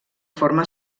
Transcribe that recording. forma